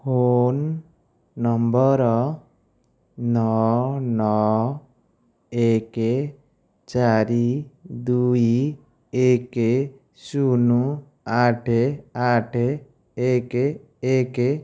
phone number ନଅ ନଅ ଏକ ଚାରି ଦୁଇ ଏକେ ଶୂନ ଆଠ ଆଠ ଏକ ଏକ